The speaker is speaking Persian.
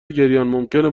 گریانممکنه